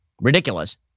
ridiculous